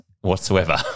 whatsoever